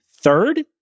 third